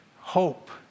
hope